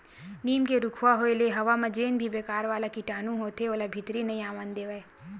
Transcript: लीम के रूखवा होय ले हवा म जेन भी बेकार वाला कीटानु होथे ओला भीतरी नइ आवन देवय